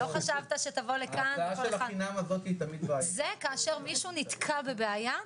לא חשבת שתבוא לכאן -- זה כאשר מישהו נתקע בבעיה,